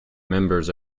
members